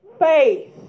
Faith